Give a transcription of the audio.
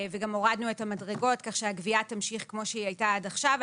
וגם הורדנו את המדרגות כך שהגבייה תמשיך כמו שהיא הייתה עד עכשיו.